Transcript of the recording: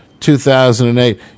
2008